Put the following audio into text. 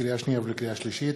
לקריאה שנייה וקריאה שלישית: